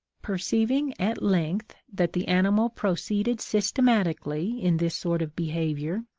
perceiving, at length, that the animal proceeded systematically in this sort of behaviour,